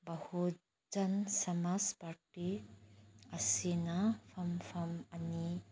ꯕꯍꯨꯖꯟ ꯁꯃꯥꯖ ꯄꯥꯔꯇꯤ ꯑꯁꯤꯅ ꯐꯝꯐꯝ ꯑꯅꯤ